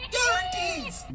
Guarantees